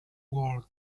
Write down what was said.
world